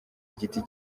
igiti